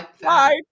five